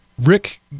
Rick